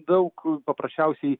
daug paprasčiausiai